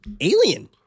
Alien